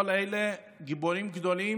כל האנשים האלה הם גיבורים גדולים.